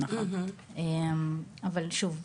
אבל שוב,